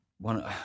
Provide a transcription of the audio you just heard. one